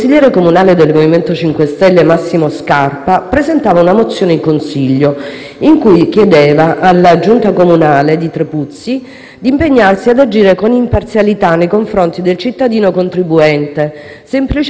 con cui chiedeva alla Giunta comunale di Trepuzzi di impegnarsi ad agire con imparzialità nei confronti del cittadino contribuente, semplicemente chiedendo l'applicazione di quanto disposto dall'articolo 97 della Costituzione.